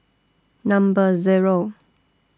Number Zero